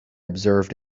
observed